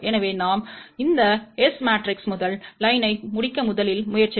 எனவே நாம் இந்த S மேட்ரிக்ஸின் முதல் லைன்யை முடிக்க முதலில் முயற்சிக்கவும்